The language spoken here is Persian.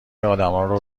آدمهارو